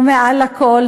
ומעל הכול,